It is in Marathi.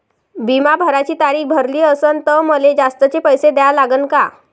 बिमा भराची तारीख भरली असनं त मले जास्तचे पैसे द्या लागन का?